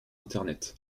internet